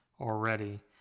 already